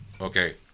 okay